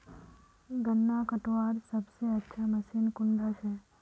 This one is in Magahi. गन्ना कटवार सबसे अच्छा मशीन कुन डा छे?